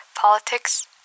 politics